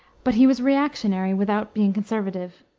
but he was reactionary without being conservative.